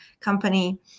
company